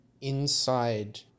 inside